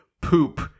poop